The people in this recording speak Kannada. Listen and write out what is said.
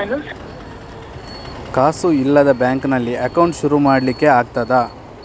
ಕಾಸು ಇಲ್ಲದ ಬ್ಯಾಂಕ್ ನಲ್ಲಿ ಅಕೌಂಟ್ ಶುರು ಮಾಡ್ಲಿಕ್ಕೆ ಆಗ್ತದಾ?